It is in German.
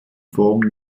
form